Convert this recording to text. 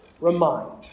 remind